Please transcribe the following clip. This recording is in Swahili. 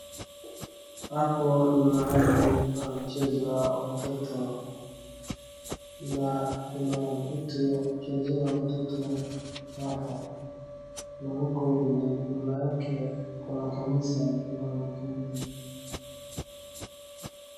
Hapo ni mahali pa mchezo wa watoto, na kuna vitu ya kuchezea mtoto hapo, na huko nyuma yake kuna kanisa inaonekana.